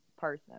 person